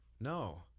no